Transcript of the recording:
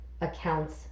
accounts